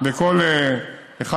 אני עוד פעם מזמין אותך,